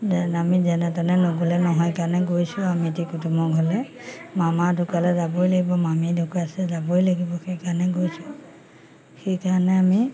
আমি যেনে তেনে নগ'লে নহয় কাৰণে গৈছোঁ আৰু মিতিৰ কুটুমৰ ঘৰলে মামা ঢুকালে যাবই লাগিব মামী ঢুকাইছে যাবই লাগিব সেইকাৰণে গৈছোঁ সেইকাৰণে আমি